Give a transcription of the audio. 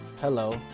Hello